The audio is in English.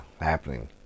happening